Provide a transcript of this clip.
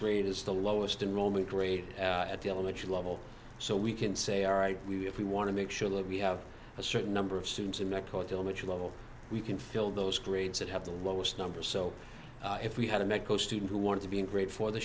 grade is the lowest in roman grade at the elementary level so we can say all right we if we want to make sure that we have a certain number of students in mexico to limit your level we can fill those grades that have the lowest number so if we had a medical student who wanted to be in grade four the